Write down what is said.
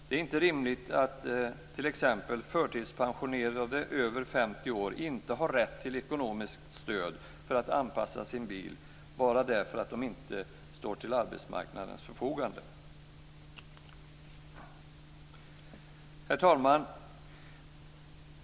Det är inte rimligt att t.ex. förtidspensionerade över 50 år inte har rätt till ekonomiskt stöd för att anpassa sin bil bara därför att de inte står till arbetsmarknadens förfogande. Herr talman!